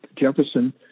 Jefferson